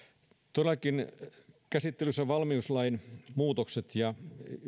todellakin käsittelyssä ovat valmiuslain muutokset ja